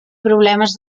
problemes